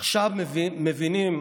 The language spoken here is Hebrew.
עכשיו מבינים,